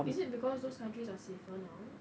is it because those countries are safer now